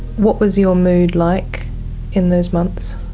what was your mood like in those months?